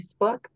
Facebook